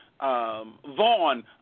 Vaughn